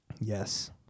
yes